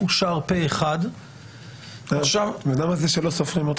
הצבעה בעד, פה אחד מיזוג הצעות החוק אושר.